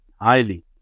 highly